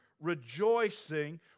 rejoicing